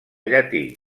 llatí